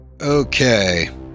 Okay